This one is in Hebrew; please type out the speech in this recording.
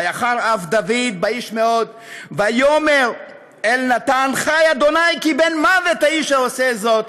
ויחר אף דוד באיש מאד ויאמר אל נתן חי ה' כי בן מָוֶת האיש העֹשה זאת.